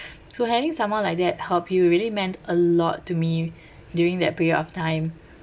so having someone like that help you it really meant a lot to me during that period of time